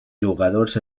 jugadors